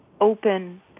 open